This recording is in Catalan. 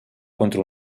contra